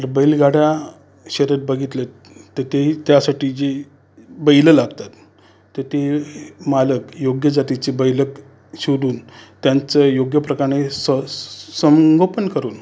बैलगाड्या शर्यत बघितलीत तर ते त्यासाठी जे बैल लागतात तर ते मालक योग्य जातीचे बैल शोधून त्यांचं योग्य प्रकारे संगोपन करून